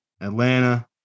Atlanta